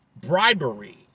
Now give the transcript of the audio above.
Bribery